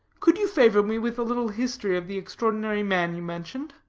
could you favor me with a little history of the extraordinary man you mentioned?